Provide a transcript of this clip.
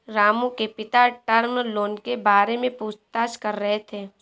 रामू के पिता term loan के बारे में पूछताछ कर रहे थे